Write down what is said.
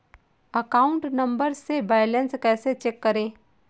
Account number से balance कैसे check करें?